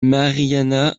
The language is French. marianna